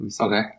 Okay